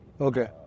okay